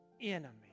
enemy